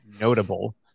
notable